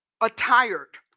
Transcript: attired